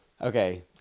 Okay